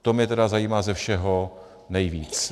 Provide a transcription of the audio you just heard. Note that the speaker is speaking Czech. To mě tedy zajímá ze všeho nejvíc.